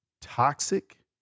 toxic